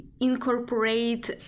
incorporate